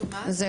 לא